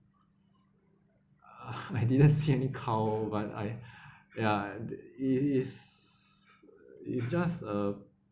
ah I didn't see any cow but I yeah it is it's just a